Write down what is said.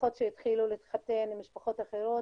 משפחות שהתחילו להתחתן עם משפחות אחרות,